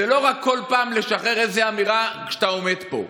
זה לא רק כל פעם לשחרר איזו אמירה כשאתה עומד פה.